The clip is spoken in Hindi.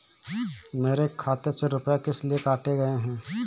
मेरे खाते से रुपय किस लिए काटे गए हैं?